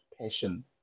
passion